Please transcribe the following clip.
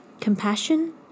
compassion